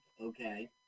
Okay